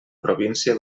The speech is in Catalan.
província